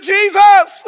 Jesus